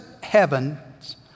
heavens